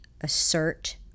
assert